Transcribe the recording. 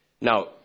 Now